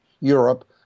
Europe